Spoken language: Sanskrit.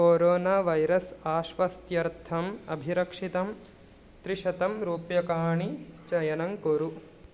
कोरोना वैरस् आश्वस्त्यर्थम् अभिरक्षितं त्रिशतं रूप्यकाणि चयनं कुरु